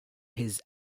his